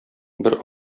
бер